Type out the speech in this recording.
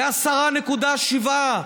ל-10.7 מיליארד.